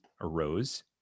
arose